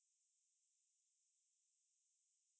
then you come home already maybe